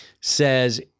says